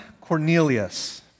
Cornelius